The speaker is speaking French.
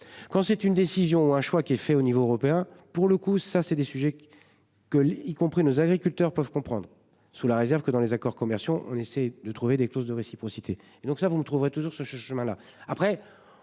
Quand c'est une décision, un choix qui est fait au niveau européen pour le coup, ça c'est des sujets. Que y compris nos agriculteurs peuvent comprendre sous la réserve que dans les accords commerciaux. On essaie de trouver des clause de réciprocité. Donc ça vous le trouverez toujours ce chemin-là